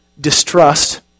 distrust